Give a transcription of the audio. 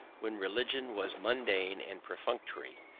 when religion was mundane and perfunctory,